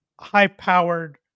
high-powered